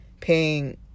paying